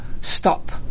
stop